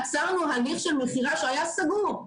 עצרנו הליך של מכירה שהיה סגור.